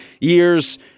years